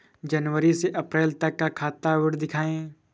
जनवरी से अप्रैल तक का खाता विवरण दिखाए?